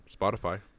Spotify